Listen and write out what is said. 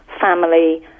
family